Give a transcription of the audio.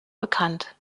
bekannt